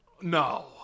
No